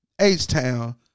H-Town